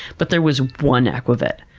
but there was one aqua vet.